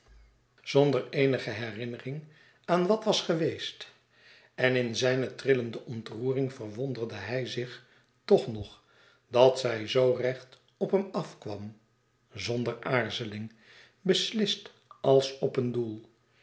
zonder eenige herinnering aan wat was geweest en in zijne trillende ontroering verwonderde hij zich toch nog dat zij zoo recht op hem afkwam zonder aarzeling beslist als op een doel